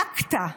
אכת"א: